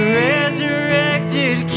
resurrected